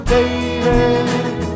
David